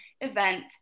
event